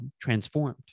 transformed